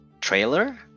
trailer